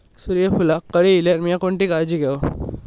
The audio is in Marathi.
सूर्यफूलाक कळे इल्यार मीया कोणती काळजी घेव?